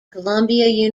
columbia